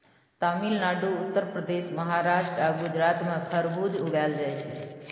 तमिलनाडु, उत्तर प्रदेश, महाराष्ट्र आ गुजरात मे खरबुज उगाएल जाइ छै